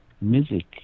music